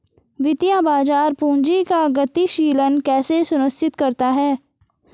वित्तीय बाजार पूंजी का गतिशीलन कैसे सुनिश्चित करता है?